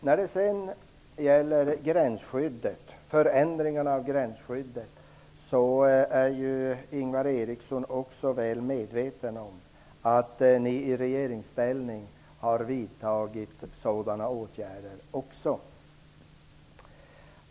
När det sedan gäller förändringarna av gränsskyddet är ju Ingvar Eriksson väl medveten om att också ni i regeringsställning har vidtagit sådana åtgärder.